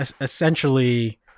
essentially